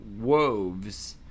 woves